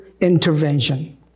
intervention